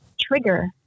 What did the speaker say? trigger